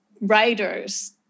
writers